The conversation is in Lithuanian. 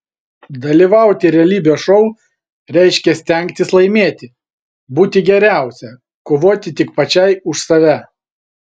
dalyvauti realybės šou reiškia stengtis laimėti būti geriausia kovoti tik pačiai už save